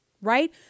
Right